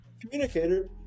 communicator